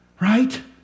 right